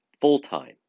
full-time